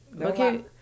Okay